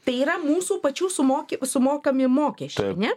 tai yra mūsų pačių sumoki sumokami mokesčiai ar ne